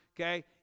Okay